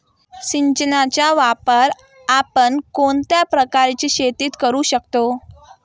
सिंचनाचा वापर आपण कोणत्या प्रकारच्या शेतीत करू शकतो?